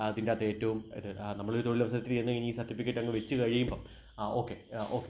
അതിന്റകത്തേറ്റവും നമ്മളൊരു തൊഴിലവസരത്തിനു ചെന്നു കഴിഞ്ഞാല് ഈ സർട്ടിഫിക്കറ്റങ്ങു വെച്ച് കഴിയുമ്പോള് ആ ഓക്കെ ആ ഓക്കെ